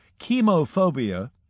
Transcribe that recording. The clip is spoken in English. Chemophobia